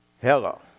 Hello